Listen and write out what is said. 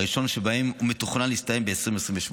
הראשון שבהם מתוכנן להסתיים ב-2028,